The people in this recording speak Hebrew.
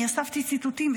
אני אספתי ציטוטים.